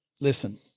listen